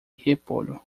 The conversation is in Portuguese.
repolho